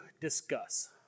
discuss